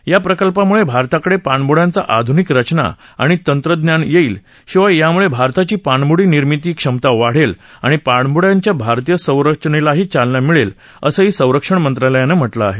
या प्रकल्पामुळे भारताकडे पाणबुड्यांच्या आधुनिक रचना आणि तंत्रज्ञान येईल शिवाय यामुळे भारताची पाणबुडी निर्मिती क्षमता वाढेल आणि पाणबुड्यांच्या भारतीय संरचनेलाही चालना मिळेल असंही संरक्षण मंत्रालयानं म्हटलं आहे